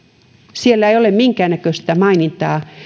siellä ei ole minkäännäköistä mainintaa